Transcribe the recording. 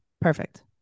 perfect